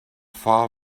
far